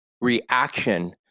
reaction